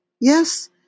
Yes